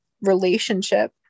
relationship